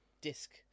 disc